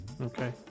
Okay